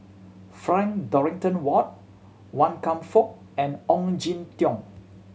Frank Dorrington Ward Wan Kam Fook and Ong Jin Teong